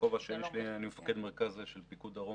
בכובע השני שלי אני מפקד מרכז של פיקוד דרום